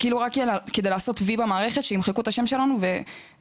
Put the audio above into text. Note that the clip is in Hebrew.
כאילו רק כדי לעשות "וי" במערכת שימחקו את השם שלנו וזהו.